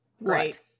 right